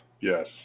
yes